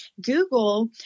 Google